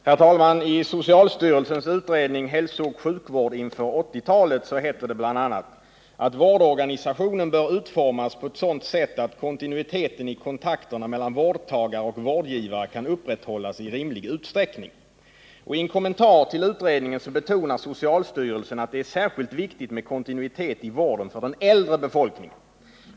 Herr talman! I socialstyrelsens utredning Hälsooch sjukvård inför 80-talet heter det bl.a. att ”vårdorganisationen bör utformas på ett sådant sätt att kontinuiteten i kontakterna mellan vårdtagare och vårdgivare kan upprätthållas i rimlig utsträckning”. I en kommentar till utredningen betonar socialstyrelsen att det är särskilt viktigt med kontinuitet i vården för den äldre befolkningen.